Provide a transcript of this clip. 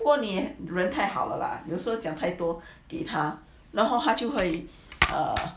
不过你人太好了 lah you also 讲太多给他然后他就会 err